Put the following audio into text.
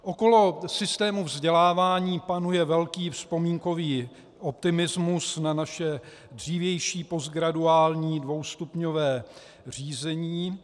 Okolo systému vzdělávání panuje velký vzpomínkový optimismus na naše dřívější postgraduální dvoustupňové řízení.